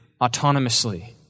autonomously